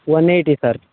one eighty sir